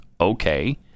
Okay